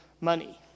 money